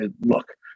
look